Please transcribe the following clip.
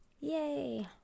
Yay